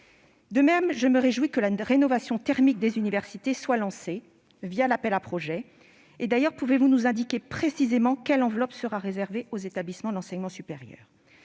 De même, je me réjouis que la rénovation thermique des universités soit lancée, l'appel à projets. Pouvez-vous nous indiquer précisément quelle enveloppe sera réservée aux établissements d'enseignement supérieur ?